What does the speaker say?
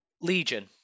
Legion